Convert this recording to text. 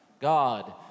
God